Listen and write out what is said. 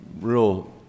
real